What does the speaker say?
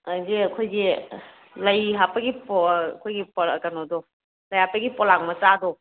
ꯑꯗꯒꯤ ꯑꯩꯈꯣꯏꯒꯤ ꯂꯩ ꯍꯥꯞꯄꯒꯤ ꯄꯣꯠ ꯑꯩꯈꯣꯏꯒꯤ ꯀꯩꯅꯣꯗꯣ ꯂꯩ ꯍꯥꯞꯄꯒꯤ ꯄꯣꯂꯥꯡ ꯃꯆꯥꯗꯣ